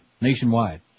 nationwide